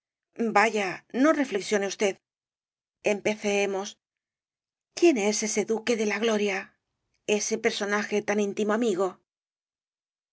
vaya no reflexione usted empecemos quién es ese duque de la gloria ese personaje tan íntimo amigo